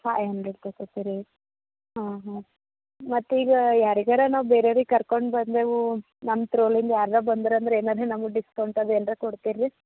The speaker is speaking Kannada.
ಫೈ ಅಂಡ್ರೆಡ್ ತಗೋತಿರಿ ಆಂ ಹಾಂ ಮತ್ತೆ ಈಗ ಯಾರಿಗಾರ ನಾವು ಬೇರೇವ್ರಿಗ್ ಕರ್ಕೊಂಡು ಬಂದೆವು ನಮ್ಮ ತ್ರೂಲಿಂದ ಯಾರಾರ ಬಂದರಂದ್ರೆ ಏನಾದ್ರೂ ನಮ್ಗೆ ಡಿಸ್ಕೌಂಟ್ ಅದು ಏನಾರ ಕೊಡ್ತೀರಾ ರೀ